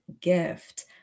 gift